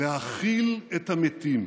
להכיל את המתים?